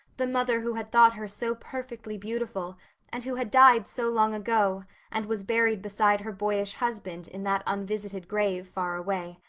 the mother who had thought her so perfectly beautiful and who had died so long ago and was buried beside her boyish husband in that unvisited grave far away.